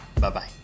Bye-bye